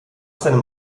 seinem